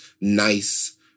nice